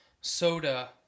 soda